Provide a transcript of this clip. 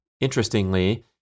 interestingly